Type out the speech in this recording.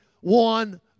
one